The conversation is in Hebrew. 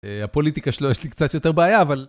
הפוליטיקה שלו יש לי קצת יותר בעיה, אבל...